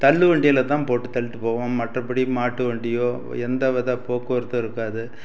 தள்ளுவண்டியில் தான் போட்டு தள்ளிகிட்டு போவோம் மற்றபடி மாட்டுவண்டியோ எந்த வித போக்குவரத்தும் இருக்காது